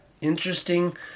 Interesting